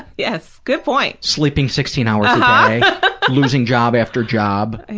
yes, good point. sleeping sixteen hours ah but but losing job after job.